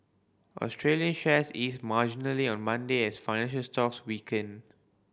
Australian shares eased marginally on Monday as financial stocks weakened